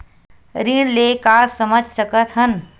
ऋण ले का समझ सकत हन?